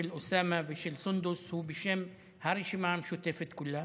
של אוסאמה ושל סונדוס הוא בשם הרשימה המשותפת כולה.